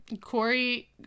Corey